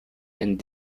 and